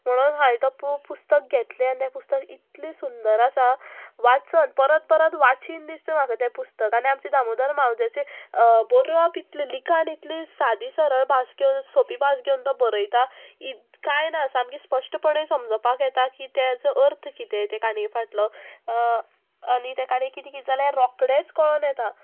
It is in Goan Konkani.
म्हणून हांवें तो पुस्तक घेतलें आनी तें पुस्तक इतलें सुंदर आसा वाचन परत परत वाचीन दिसता म्हाका तें पुस्तक आनी आमचें दामोदर मावज्याचें बरोवप इतलें लिखाण इतली सादी सरळ भास घेवन सोंपी भास घेवन तो बरयता कांय ना सामकें स्पश्टपणे समजपाक येता की तेजो अर्थ कितें तें काणी फाटलो आनी ते काणी कितें कितें जाल्यार रोकडेंच कोण येता